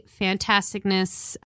fantasticness